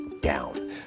down